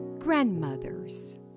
Grandmothers